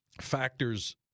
factors